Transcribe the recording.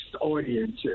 audiences